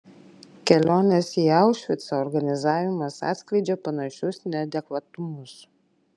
kelionės į aušvicą organizavimas atskleidžia panašius neadekvatumus